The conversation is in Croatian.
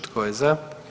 Tko je za?